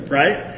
right